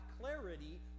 clarity